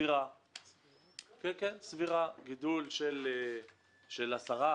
גידול של 10,